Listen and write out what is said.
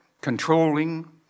controlling